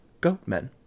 goatmen